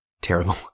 terrible